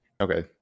Okay